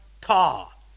ta